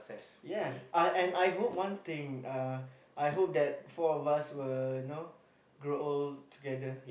ya uh and I hope one thing uh I hope that four of us will you know grow old together